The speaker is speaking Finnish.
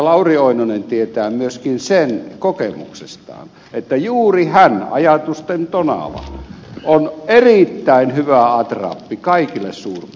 lauri oinonen tietää myöskin sen kokemuksestaan että juuri hän ajatusten tonava on erittäin hyvä atrappi kaikille suurpedoille